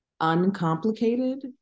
Uncomplicated